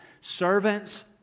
servants